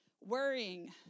worrying